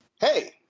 Hey